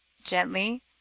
Gently